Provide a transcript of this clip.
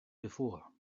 before